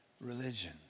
religion